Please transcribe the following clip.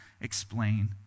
explain